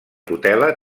tutela